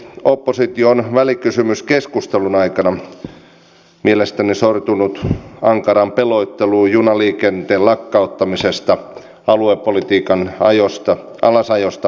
oppositio on välikysymyskeskustelun aikana mielestäni sortunut ankaraan pelotteluun junaliikenteen lakkauttamisesta aluepolitiikan alasajosta ynnä muusta